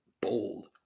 bold